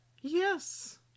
yes